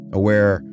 aware